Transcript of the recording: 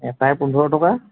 এটাই পোন্ধৰ টকা